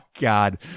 God